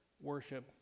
worship